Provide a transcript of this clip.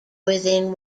within